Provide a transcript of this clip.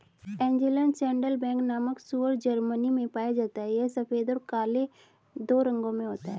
Angeln saddleback नामक सूअर Germany में पाया जाता है यह सफेद और काला दो रंगों में होता है